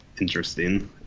interesting